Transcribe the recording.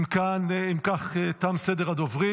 אם כך, תם סדר הדוברים.